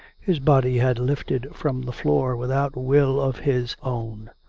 his body had lifted from the floor without will of his own,